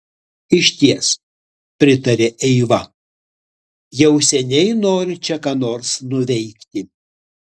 išties pritarė eiva jau seniai noriu čia ką nors nuveikti